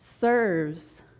serves